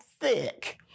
thick